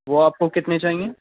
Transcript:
وہ آپ کو کتنے چاہیے